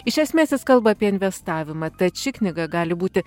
iš esmės jis kalba apie investavimą tad ši knyga gali būti